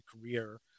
career